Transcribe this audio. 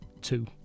two